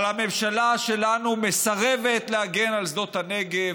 אבל הממשלה שלנו מסרבת להגן על שדות הנגב,